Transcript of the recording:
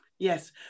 Yes